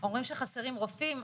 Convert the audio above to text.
אומרים שחסרים רופאים,